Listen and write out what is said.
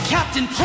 Captain